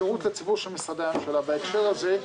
שרות הציבור של משרדי הממשלה בהקשר הזה,